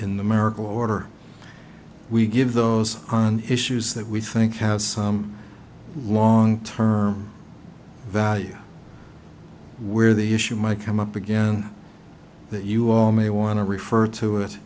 marital order we give those on issues that we think has some long term value where the issue might come up again that you all may want to refer to it